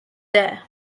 there